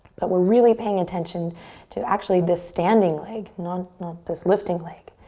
but we're really paying attention to actually this standing leg, not not this lifting leg.